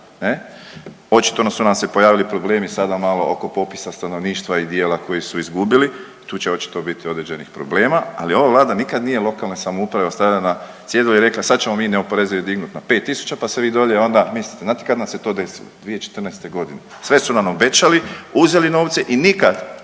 Očito su nam se pojavili problemi sada malo oko popisa stanovništva i dijela koji su izgubili, tu će očito biti određenih problema. Ali ova Vlada nikada nije lokalne samouprave ostavljala na cjedilu i rekla sad ćemo mi neoporezive dignuti na 5000 pa se vi dolje onda. Znate kad nam se to desilo? 2014. godine. Sve su nam obećali, uzeli novce i nikad,